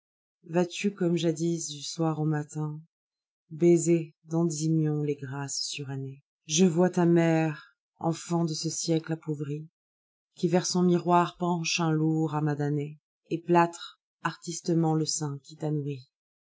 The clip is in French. tu comme jadis du soir jusqu'au matin baiser d'endymion les grâces surannées je vois ta mère enfant de ce siècle appauvri qui vers son miroir penche un lourd amas d'années et plâtre artistcment le sein qui